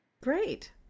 Great